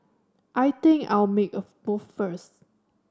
I think I'll make a move first